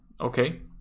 Okay